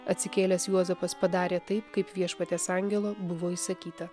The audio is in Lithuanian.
atsikėlęs juozapas padarė taip kaip viešpaties angelo buvo įsakyta